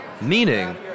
meaning